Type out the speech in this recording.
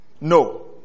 no